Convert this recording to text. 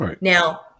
Now